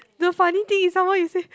the funny thing is some more you say